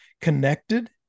connected